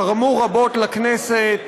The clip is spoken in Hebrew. הם תרמו רבות לכנסת,